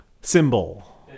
symbol